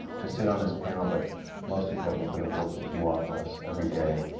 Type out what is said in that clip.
to sit on this panel, but most importantly, for the work that you offer us every day.